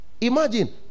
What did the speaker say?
imagine